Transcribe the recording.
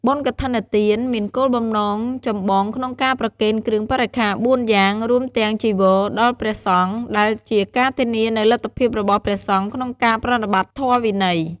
បុណ្យកឋិនមានគោលបំណងចម្បងក្នុងការប្រគេនគ្រឿងបរិក្ខារបួនយ៉ាង រួមទាំងចីវរ ដល់ព្រះសង្ឃ ដែលជាការធានានូវលទ្ធភាពរបស់ព្រះសង្ឃក្នុងការប្រតិបត្តិធម៌វិន័យ។